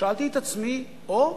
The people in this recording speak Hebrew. שאלתי את עצמי: אוה,